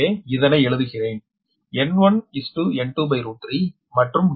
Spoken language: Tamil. எனவே இதனை எழுதுகிறேன் N1N23